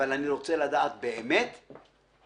אבל אני רוצה לדעת באמת --- מישוש.